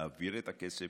להעביר את הכסף,